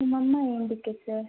ನಿಮ್ಮ ಅಮ್ಮ ಏನಕ್ಕೆ ಸರ್